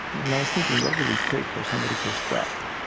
and i was thinking, what will it take for somebody to stop